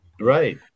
Right